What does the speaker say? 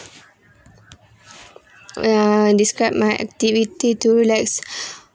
ya describe my activity to relax